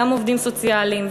גם עובדים סוציאליים,